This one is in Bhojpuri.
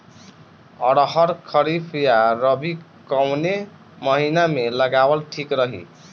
अरहर खरीफ या रबी कवने महीना में लगावल ठीक रही?